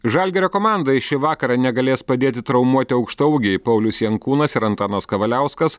žalgirio komandai šį vakarą negalės padėti traumuoti aukštaūgiai paulius jankūnas ir antanas kavaliauskas